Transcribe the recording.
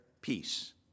peace